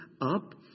up